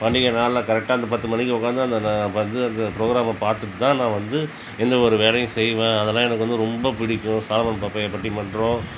பண்டிகை நாளில் கரெக்டா அந்த பத்து மணிக்கு உட்காந்து அந்த வந்து அந்த ப்ரோக்ராமை பாத்துட்டுதான் நான் வந்து எந்த ஒரு வேலையும் செய்வேன் அதல்லாம் எனக்கு வந்து ரொம்ப பிடிக்கும் சாலமன் பாப்பையா பட்டிமன்றம்